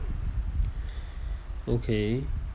okay